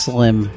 Slim